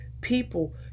people